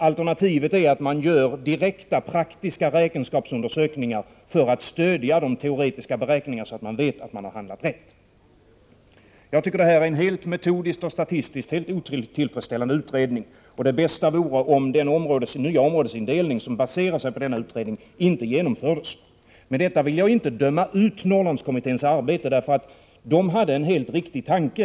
Alternativet är att man genomför direkta, praktiska räkenskapsundersökningar för att stödja de teoretiska beräkningarna, så att man vet att man har hamnat rätt. Jag tycker att denna utredning metodiskt och statistiskt är helt otillfredsställande. Det bästa vore om den nya områdesindelning som baserar sig på denna utredning inte genomfördes. Med detta vill jag inte döma ut Norrlandskommitténs arbete. De hade en helt riktig tanke.